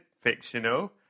fictional